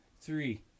three